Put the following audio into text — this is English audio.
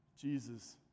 Jesus